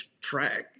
track